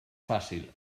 fàcil